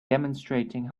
demonstrating